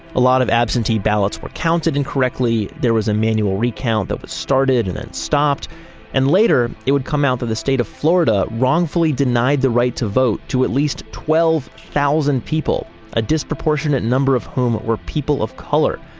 a lot of absentee ballots were counted incorrectly. there was a manual recount that was started and then stopped and later it would come out to the state of florida wrongfully denied the right to vote to at least twelve thousand people a disproportionate number of whom were people of color.